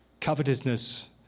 Covetousness